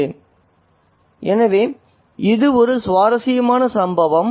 " எனவே இது ஒரு சுவாரஸ்யமான சம்பவம்